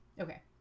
Okay